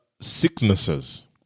sicknesses